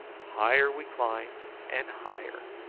higher we climbed and higher,